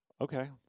okay